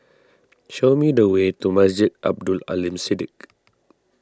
show me the way to Masjid Abdul Aleem Siddique